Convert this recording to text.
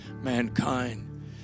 mankind